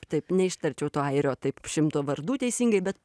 taip neištarčiau to airio taip šimto vardų teisingai bet